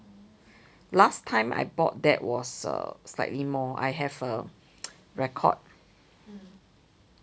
last time I bought that was a slightly more I have a record